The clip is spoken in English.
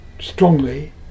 strongly